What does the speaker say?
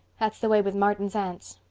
that's the way with martin's aunts.